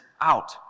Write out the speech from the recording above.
out